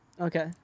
Okay